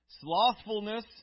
Slothfulness